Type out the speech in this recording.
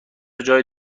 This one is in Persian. جای